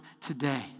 today